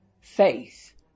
faith